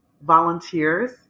volunteers